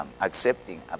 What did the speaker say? accepting